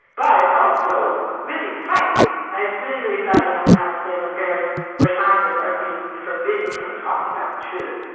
but it's also really frightening, and but it's really, really frightening when you have a state of affairs where scientists are being forbidden from talking about the truth.